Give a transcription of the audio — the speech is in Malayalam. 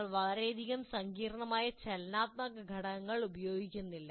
നിങ്ങൾ വളരെയധികം സങ്കീർണ്ണമായ ചലനാത്മക ഘടകങ്ങൾ ഉപയോഗിക്കുന്നില്ല